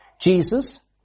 Jesus